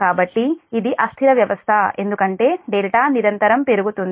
కాబట్టి ఇది అస్థిర వ్యవస్థ ఎందుకంటే నిరంతరం పెరుగుతుంది